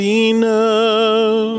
enough